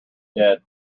dead